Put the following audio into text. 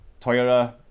Toyota